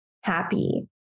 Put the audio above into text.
happy